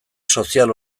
sozial